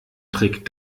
trick